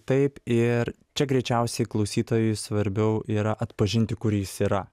taip ir čia greičiausiai klausytojui svarbiau yra atpažinti kur jis yra